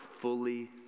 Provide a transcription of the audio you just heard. fully